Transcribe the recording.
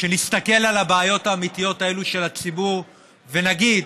להסתכל על הבעיות האמיתיות האלו של הציבור ונתחיל